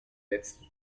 letzten